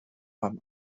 beim